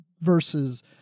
versus